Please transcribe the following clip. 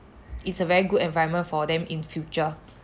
it's a very good environment for them in future